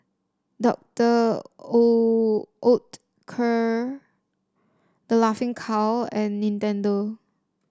Docter Oetker The Laughing Cow and Nintendo